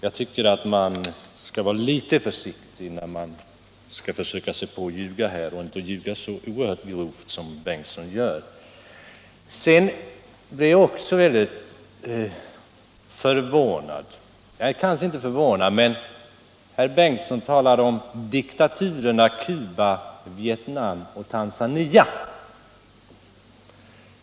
Herr Bengtson bör vara litet försiktig om han skall göra lögnaktiga påståenden och inte ljuga så oerhört grovt som här har skett. För det andra är det litet förvånande — även om jag kanske inte är överraskad över att höra det från herr Bengtson — att Cuba, Vietnam och Tanzania betecknas som diktaturer.